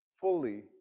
fully